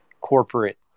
corporate